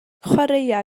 chwaraea